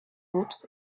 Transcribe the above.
autre